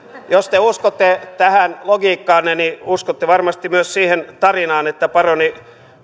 jos te uskotte tähän logiikkaanne niin uskotte varmasti myös siihen tarinaan että paroni